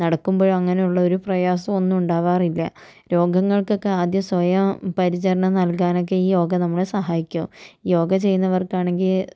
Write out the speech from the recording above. നടക്കുമ്പഴോ അങ്ങനെയുള്ള ഒരു പ്രയാസം ഒന്നും ഉണ്ടാവാറില്ല രോഗങ്ങൾക്കൊക്കെ ആദ്യം സ്വയം പരിചരണം നൽകാനൊക്കെ ഈ യോഗ നമ്മളെ സഹായിക്കും യോഗ ചെയ്യുന്നവർക്ക് ആണെങ്കിൽ